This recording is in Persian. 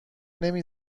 نمی